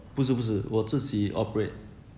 不是不是我自己 operate